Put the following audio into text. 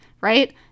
right